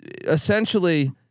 Essentially